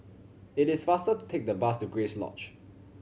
it is faster to take the bus to Grace Lodge